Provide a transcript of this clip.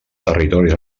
territoris